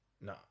No